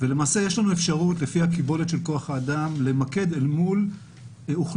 ולמעשה יש לנו אפשרות לפי קיבולת כוח האדם למקד אל מול אוכלוסייה